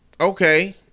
okay